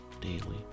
daily